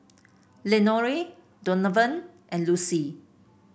Lenore Donavan and Lucy